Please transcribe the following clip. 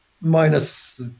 minus